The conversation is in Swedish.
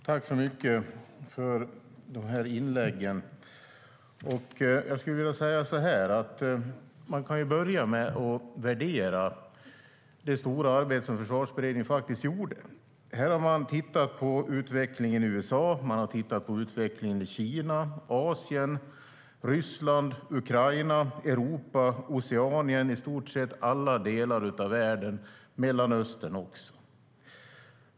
Fru talman! Jag tackar så mycket för inläggen. Vi kan börja med att värdera det stora arbete som Försvarsberedningen gjorde. Där har man tittat på utvecklingen i USA, Kina, Asien, Ryssland, Ukraina, Europa, Oceanien - i stort sett alla delar av världen, också Mellanöstern.